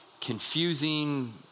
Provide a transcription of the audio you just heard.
confusing